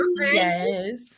yes